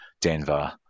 Denver